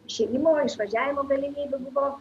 išėjimo išvažiavimo galimybių buvo